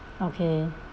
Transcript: okay